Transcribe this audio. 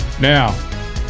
Now